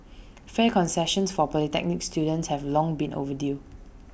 fare concessions for polytechnic students have long been overdue